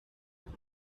hano